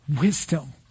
wisdom